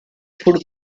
food